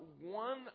one